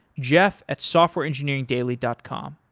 jeff at softwareengineeringdaily dot com.